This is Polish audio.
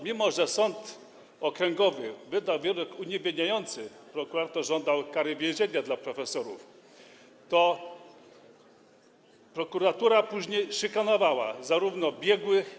Mimo że sąd okręgowy wydał wyrok uniewinniający, prokurator żądał kary więzienia dla profesorów, to prokuratura później szykanowała biegłych.